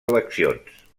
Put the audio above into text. eleccions